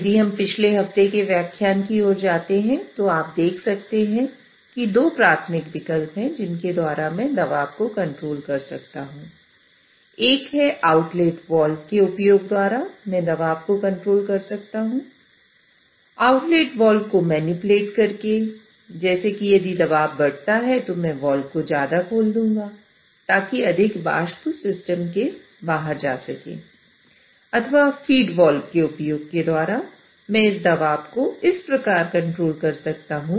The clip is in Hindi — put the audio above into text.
यदि हम पिछले हफ्ते की व्याख्यान की ओर जाते हैं तो आप देख सकते हैं कि दो प्राथमिक विकल्प है जिनके द्वारा मैं दबाव को कंट्रोल कर सकता हूं